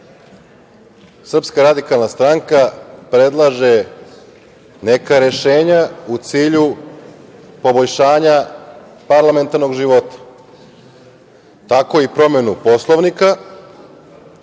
2016. godine, SRS predlaže neka rešenja u cilju poboljšanja parlamentarnog života, tako i promenu Poslovnika